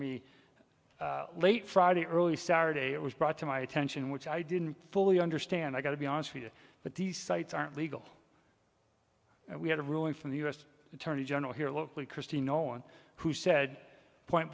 me late friday early saturday it was brought to my attention which i didn't fully understand i got to be honest with you but these sites aren't legal and we had a ruling from the u s attorney general here locally kristie no one who said point